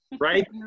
right